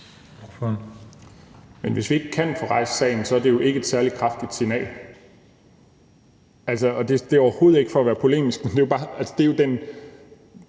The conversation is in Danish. Men hvis vi ikke kan få rejst sagen, er det jo ikke et særlig kraftigt signal. Det er overhovedet ikke for at være polemisk, men det er jo den